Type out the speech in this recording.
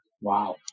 Wow